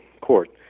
court